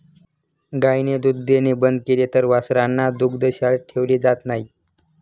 गायीने दूध देणे बंद केले तर वासरांना दुग्धशाळेत ठेवले जात नाही